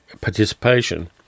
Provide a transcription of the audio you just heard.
participation